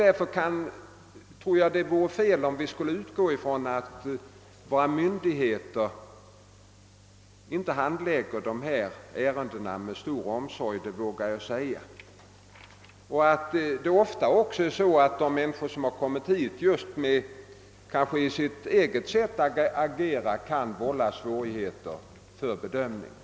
— Därför anser jag att det skulle vara fel om vi utgick från att våra myndigheter inte handlägger dessa ärenden med stor omsorg. Jag vågar säga att de gör det. Många gånger kan det även vara så att de personer det gäller genom sitt eget sätt att agera vållar svårigheter för bedömningen.